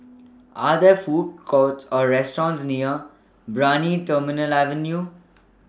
Are There Food Courts Or restaurants near Brani Terminal Avenue